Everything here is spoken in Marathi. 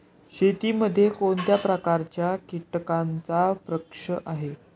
शेतीमध्ये कोणत्या प्रकारच्या कीटकांचा प्रश्न आहे?